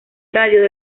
radio